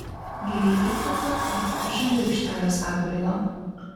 giliai įkvepiu ir peržengiu aikštelės atbrailą